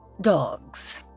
dogs